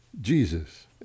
Jesus